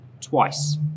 twice